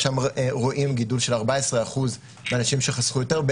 ושם רואים גידול של 14% באנשים שחסכו יותר,